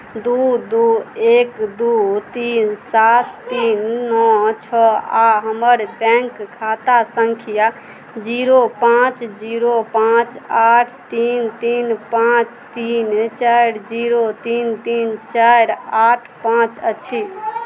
दू दू एक दू तीन सात तीन नओ छओ आ हमर बैंक खाता सङ्ख्या जीरो पाँच जीरो पाँच आठ तीन तीन पाँच तीन चारि जीरो तीन तीन चारि आठ पाँच अछि